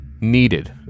needed